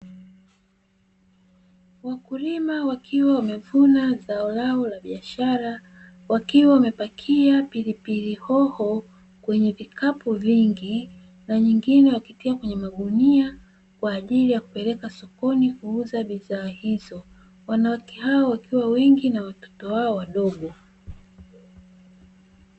Wakulima wakiwa wamevuma zao lao la biashara wakiwa wamepakia pilipili hoho kwenye vikapu vingi na nyingine wakitia kwenye magunia, kwa ajili ya kupeleka sokoni kuuza bidhaa hizo wanawake hao wakiwa wengi na watoto wao wadogo.